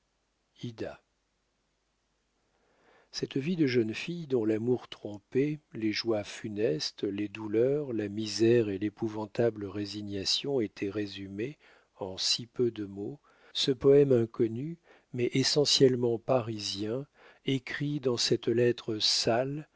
cette vie de jeune fille dont l'amour trompé les joies funestes les douleurs la misère et l'épouvantable résignation étaient résumés en si peu de mots ce poème inconnu mais essentiellement parisien écrit dans cette lettre sale